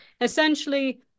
essentially